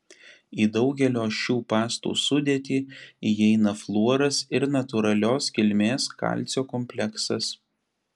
į daugelio šių pastų sudėtį įeina fluoras ir natūralios kilmės kalcio kompleksas